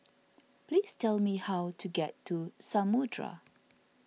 please tell me how to get to Samudera